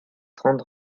trente